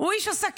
הוא איש עסקים.